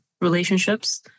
relationships